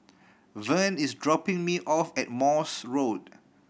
Vern is dropping me off at Morse Road